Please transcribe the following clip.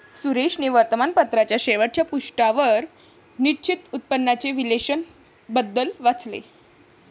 सुरेशने वर्तमानपत्राच्या शेवटच्या पृष्ठावर निश्चित उत्पन्नाचे विश्लेषण बद्दल वाचले